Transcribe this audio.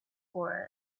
for